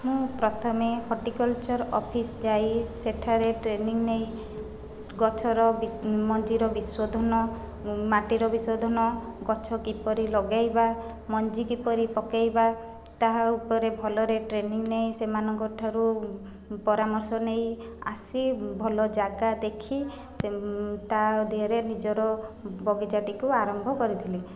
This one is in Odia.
ମୁଁ ପ୍ରଥମେ ହଟିକଲ୍ଚର୍ ଅଫିସ୍ ଯାଇ ସେଠାରେ ଟ୍ରେନିଙ୍ଗ ନେଇ ଗଛ ର ମଞ୍ଜି ର ବିଶୋଧନ ମାଟିର ବିଶୋଧନ ଗଛ କିପରି ଲଗାଇବା ମଞ୍ଜି କିପରି ପକାଇବା ତାହା ଉପରେ ଭଲରେ ଟ୍ରେନିଙ୍ଗ ନେଇ ସେମାନଙ୍କ ଠାରୁ ପରାମର୍ଶ ନେଇ ଆସି ଭଲ ଜାଗା ଦେଖି ତା'ଦେହରେ ନିଜର ବଗିଚା'ଟିକୁ ଆରମ୍ଭ କରିଥିଲି